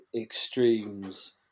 extremes